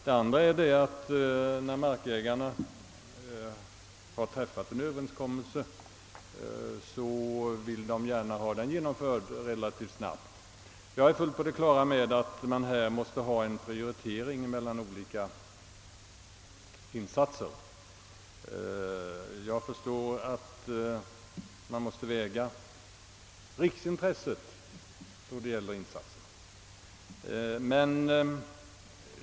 Det andra är att när markägarna har träffat en överenskommelse vill de gärna få den genomförd relativt snabbt. Jag är fullt på det klara med att man härvidlag måste ha en prioritering mellan olika insatser. Jag förstår att man måste väga riksintresset då det gäller insatserna.